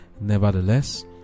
Nevertheless